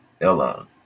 Ella